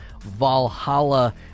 Valhalla